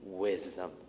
wisdom